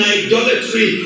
idolatry